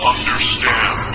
Understand